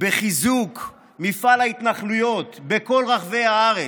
בחיזוק מפעל ההתנחלויות בכל רחבי הארץ.